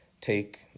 take